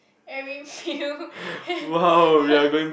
every meal